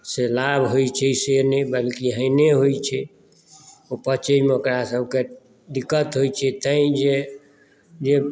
से लाभ होइत छै से नहि बल्कि हानिए होइत छै ओ पचयमे ओकरासभकेँ दिक्कत होइत छै तैँ जे जे